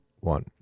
One